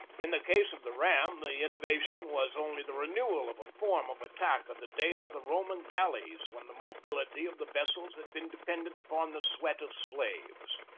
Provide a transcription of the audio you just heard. in the case of the ram the innovation was only the renewal of a form of attack of the days of the roman galleys when the mobility of the vessel had been dependent upon the sweat of slaves.